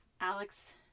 Alex